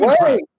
Wait